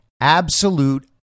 absolute